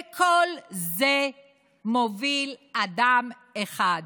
ואת כל זה מוביל אדם אחד: